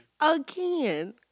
Again